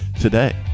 today